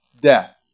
death